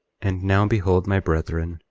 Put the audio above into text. and now behold, my brethren,